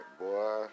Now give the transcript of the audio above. boy